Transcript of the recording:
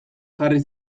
jarri